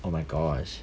oh my gosh